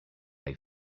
they